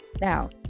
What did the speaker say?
Now